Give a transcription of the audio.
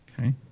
Okay